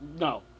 No